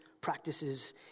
practices